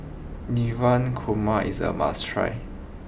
Navratan Korma is a must try